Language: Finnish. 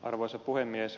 arvoisa puhemies